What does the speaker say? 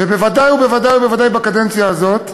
ובוודאי ובוודאי ובוודאי בקדנציה הזאת,